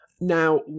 Now